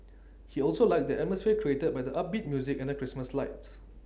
he also liked the atmosphere created by the upbeat music and the Christmas lights